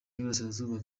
y’uburasirazuba